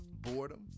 boredom